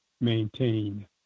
maintain